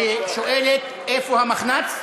ששואלת איפה המחנ"צ.